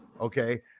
Okay